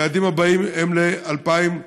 והיעדים הבאים הם ל-2030.